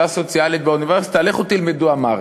סוציאלית באוניברסיטה: לכו תלמדו אמהרית.